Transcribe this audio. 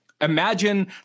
imagine